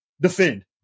Defend